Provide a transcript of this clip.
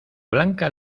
blanca